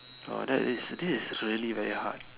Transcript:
oh that is this is really very hard